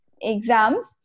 exams